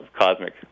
cosmic